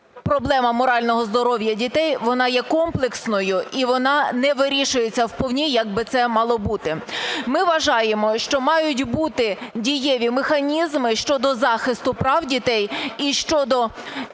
проблема морального здоров'я дітей, вона є комплексною і вона не вирішується вповні, як би це мало бути. Ми вважаємо, що мають бути дієві механізми щодо захисту прав дітей і щодо